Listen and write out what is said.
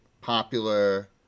popular